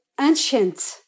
ancient